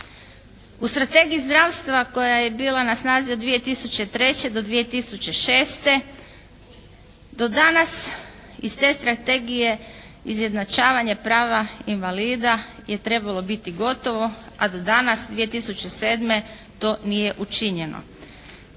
U strategiji zdravstva koja je bila na snazi od 2003. do 2006. do danas iz te strategije izjednačavanje prava invalida je trebalo biti gotovo a do danas 2007. to nije učinjeno.